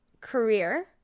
career